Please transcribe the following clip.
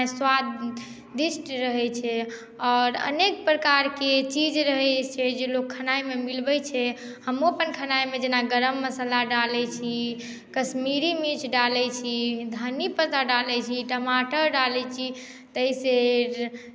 स्वादिष्ट रहैत छै आओर अनेक प्रकारके चीज रहैत छै जे लोग खेनाइमे मिलबैत छै हमहूँ अपन खेनाइमे जेना गरम मसाला डालैत छी कश्मीरी मिर्च डालैत छी धन्नी पत्ता डालैत छी टमाटर डालैत छी ताहिसँ